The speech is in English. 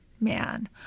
man